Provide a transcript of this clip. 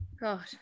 God